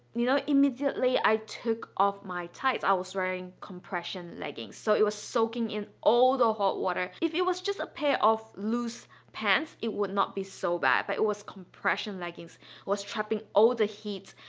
you know, immediately i took off my tights. i was wearing compression leggings so it was soaking in all the hot water. if it was just a pair of loose pants it would not be so bad but it was compression leggings, it was trapping all the heat,